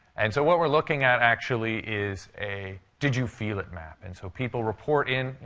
and so what we're looking at actually is a did-you-feel-it map. and so people report in